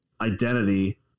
identity